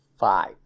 five